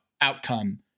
outcome